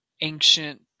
ancient